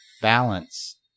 Balance